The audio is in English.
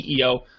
CEO